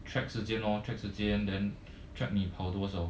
track 时间 lor track 时间 than track 你跑多少